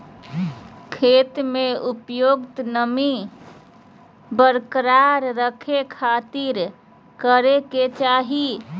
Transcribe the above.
खेत में उपयुक्त नमी बरकरार रखे खातिर की करे के चाही?